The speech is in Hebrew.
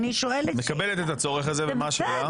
מקבלת את הצורך הזה, ומה השאלה?